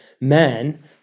men